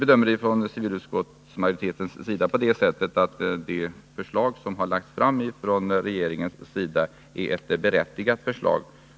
Majoriteten i civilutskottet bedömer det så, att det förslag som regeringen har lagt fram är ett berättigat förslag.